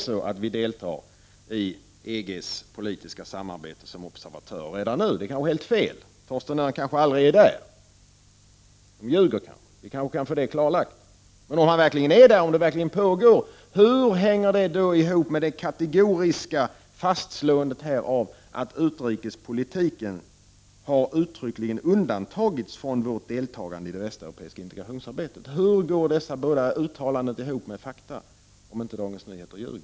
Vi kanske inte deltar i EG:s politiska samarbete som observatörer redan nu. Torsten Örn kanske aldrig är där. DN ljuger kanske. Vi kanske kan få det klarlagt. Men om han verkligen är där, om detta arbete pågår, hur hänger det ihop med det kategoriska fastslåendet här av att utrikespolitiken uttryckligen har undantagits från vårt deltagande i det västeuropeiska integrationsarbetet? Hur går detta uttalande ihop med fakta, om inte Dagens Nyheter ljuger?